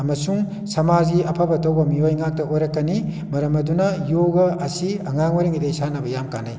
ꯑꯃꯁꯨꯡ ꯁꯃꯥꯖꯒꯤ ꯑꯐꯕ ꯇꯧꯕ ꯃꯤꯑꯣꯏ ꯉꯥꯛꯇ ꯑꯣꯏꯔꯛꯀꯅꯤ ꯃꯔꯝ ꯑꯗꯨꯅ ꯌꯣꯒꯥ ꯑꯁꯤ ꯑꯉꯥꯡ ꯑꯣꯏꯔꯤꯉꯩꯗꯒꯤ ꯁꯥꯟꯅꯕ ꯌꯥꯝ ꯀꯥꯟꯅꯩ